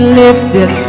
lifted